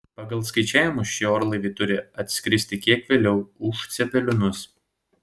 pagal skaičiavimus šie orlaiviai turi atskristi kiek vėliau už cepelinus